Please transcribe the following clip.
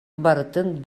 барытын